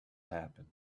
happen